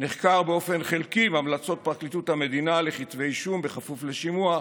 נחקר באופן חלקי עם המלצות פרקליטות המדינה לכתבי אישום בכפוף לשימוע,